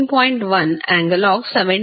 28 13